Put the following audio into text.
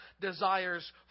desires